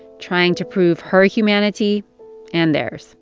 trying to prove her humanity and theirs